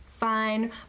Fine